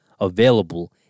available